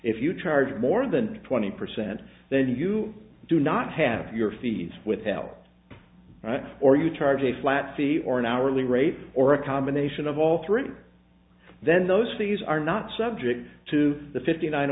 if you charge more than twenty percent then you do not have your fees withheld or you charge a flat fee or an hourly rate or a combination of all three then those fees are not subject to the fifty nine